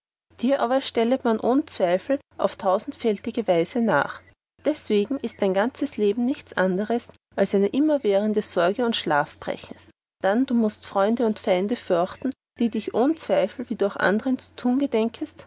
dir aber stellet man ohn zweifel auf tausendfältige weise nach deswegen ist dein ganzes leben nichts anders als eine immerwährende sorge und schlafbrechens dann du mußt freunde und feinde förchten die dich ohn zweifel wie du auch andern zu tun gedenkest